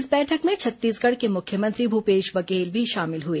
इस बैठक में छत्तीसगढ़ के मुख्यमंत्री भूपेश बघेल भी शामिल हुए